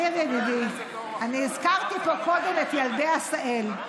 ניר ידידי, אני הזכרתי פה קודם את ילדי עשהאל,